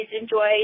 enjoy